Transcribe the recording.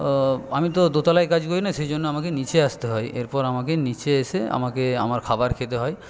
আমি তো দোতলায় কাজ করি না সেজন্য আমাকে নিচে আসতে হয় এরপর আমাকে নিচে এসে আমাকে আমার খাবার খেতে হয়